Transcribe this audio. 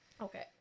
Okay